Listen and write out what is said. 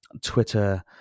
Twitter